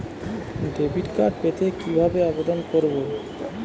Debit card পেতে কি ভাবে আবেদন করব?